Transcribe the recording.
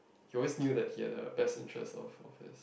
he always knew that he had a best interest of of his